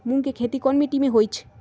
मूँग के खेती कौन मीटी मे होईछ?